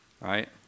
Right